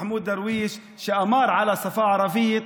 מחמוד דרוויש, שאמר על השפה הערבית: